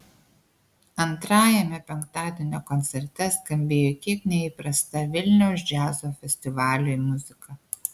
antrajame penktadienio koncerte skambėjo kiek neįprasta vilniaus džiazo festivaliui muzika